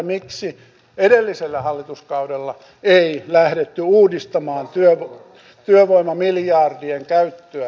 miksi edellisellä hallituskaudella ei lähdetty uudistamaan työvoimamiljardien käyttöä